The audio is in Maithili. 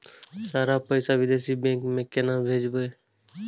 सर पैसा विदेशी बैंक में केना भेजबे?